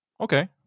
Okay